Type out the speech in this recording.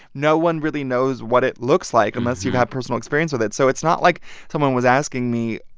no one really knows what it looks like unless you've had personal experience with it. so it's not like someone was asking me,